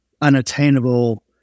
unattainable